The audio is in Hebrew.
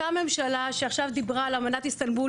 אותה ממשלה שעכשיו דיברה על אמנת איסטנבול,